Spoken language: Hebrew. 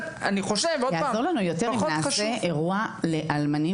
יעזור לנו יותר אם נעשה אירוע לאלמנים